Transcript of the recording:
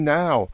now